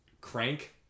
Crank